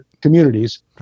communities